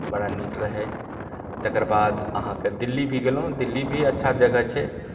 बड़ा निक रहय तकर बाद अहाँकेँ दिल्ली भी गेलहुँ दिल्ली भी अच्छा जगह छै